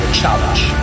challenge